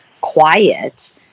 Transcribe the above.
quiet